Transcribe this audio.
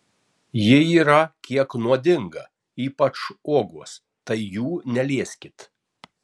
ji yra kiek nuodinga ypač uogos tai jų nelieskit